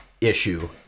issue